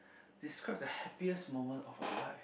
describe the happiest moment of your life